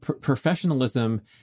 professionalism